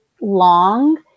long